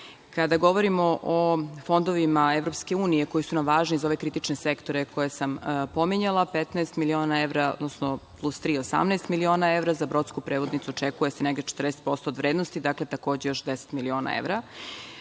govorimo o fondovima EU koji su nam važni za ove kritične sektore koje sam pominjala, 15 miliona evra, odnosno plus tri, 18 miliona evra za brodsku prevodnicu očekuje se negde 40% od vrednosti, dakle, takođe još 10 miliona evra. Na